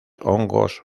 hongos